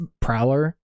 prowler